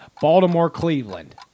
Baltimore-Cleveland